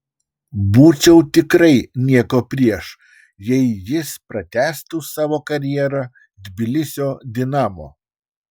būčiau tikrai nieko prieš jei jis pratęstų savo karjerą tbilisio dinamo